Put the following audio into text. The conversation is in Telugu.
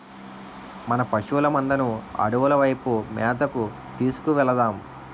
మన పశువుల మందను అడవుల వైపు మేతకు తీసుకు వెలదాం